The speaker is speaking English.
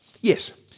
yes